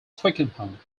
twickenham